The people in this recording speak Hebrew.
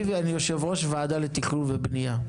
תקשיבי אני יושב ראש ועדה לתכנון ובניה,